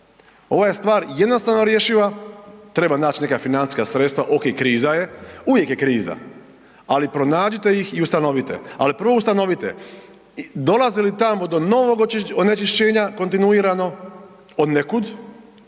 Ova je stvar jednostavno rješiva, treba nać neka financijska sredstva, okej kriza je, uvijek je kriza, ali pronađite ih i ustanovite. Ali prvo ustanovite dolazili tamo do novog onečišćenja kontinuirano od nekud,